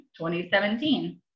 2017